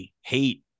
hate